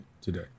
today